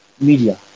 Media